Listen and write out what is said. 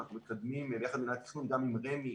גם עם רמ"י,